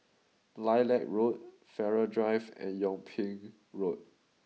Lilac Road Farrer Drive and Yung Ping Road